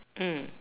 mm